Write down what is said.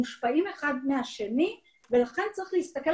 מושפעים אחד מהשני ולכן צריך להסתכל